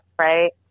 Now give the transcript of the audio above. right